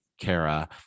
kara